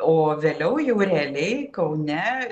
o vėliau jau realiai kaune